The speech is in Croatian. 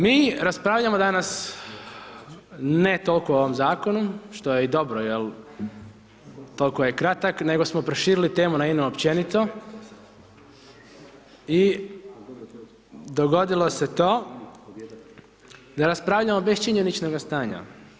Mi raspravljamo danas, ne toliko o ovom zakonu, što je i dobro jel toliko je kratak, nego smo proširili temu na INA-u općenito i dogodilo se to da raspravljamo bez činjeničnoga stanja.